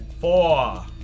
four